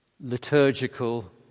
liturgical